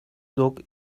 dog